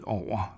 over